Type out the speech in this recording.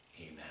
Amen